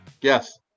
Yes